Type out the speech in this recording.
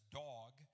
dog